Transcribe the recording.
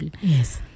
Yes